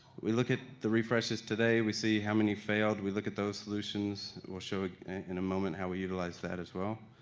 we look at the refreshes today. we see how many failed. we look at those solutions. we'll show in a moment how we utilize that as well.